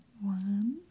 one